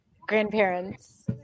grandparents